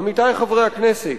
עמיתי חברי הכנסת,